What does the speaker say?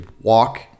walk